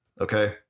Okay